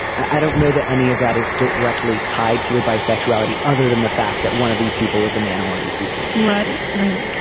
i don't know that any of that is directly tied to your bisexuality other than the fact that one of these people was a man and one of these people was all right right.